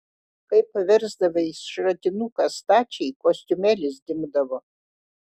kai paversdavai šratinuką stačiai kostiumėlis dingdavo